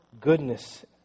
goodness